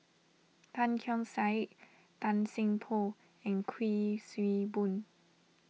Tan Keong Saik Tan Seng Poh and Kuik Swee Boon